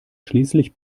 schließlich